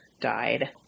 died